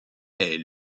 est